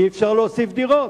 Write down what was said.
אי-אפשר להוסיף דירות.